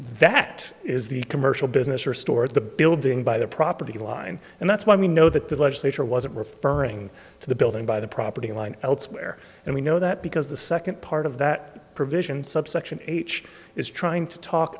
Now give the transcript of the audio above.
that is the commercial business or stores the building by the property line and that's why we know that the legislature wasn't referring to the building by the property line elsewhere and we know that because the second part of that provision subsection h is trying to talk